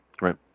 Right